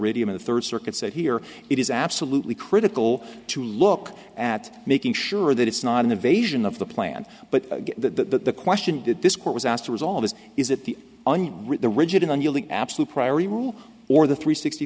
radio the third circuit said here it is absolutely critical to look at making sure that it's not an invasion of the plan but the question did this court was asked to resolve this is that the rigid unyielding absolute primary rule or the three sixty